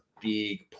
big